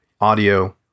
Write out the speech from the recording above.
audio